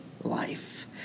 life